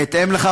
בהתאם לכך,